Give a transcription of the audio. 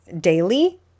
daily